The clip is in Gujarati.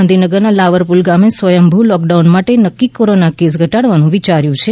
ગાંધીનગર ના લાવરપુર ગામે સ્વયંભુ લોકડાઉન માટે નક્કી કરી કોરોના કેસ ઘટાડવાનું વિચાર્યુ છે